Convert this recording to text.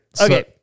Okay